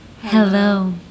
hello